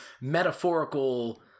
metaphorical